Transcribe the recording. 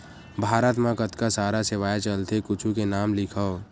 भारत मा कतका सारा सेवाएं चलथे कुछु के नाम लिखव?